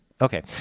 Okay